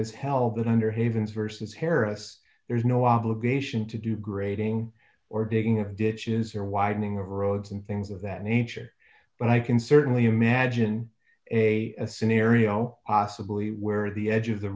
has held that under havens versus harris there's no obligation to do grading or digging ditches or widening roads and things of that nature but i can certainly imagine a scenario possibly where the edge of the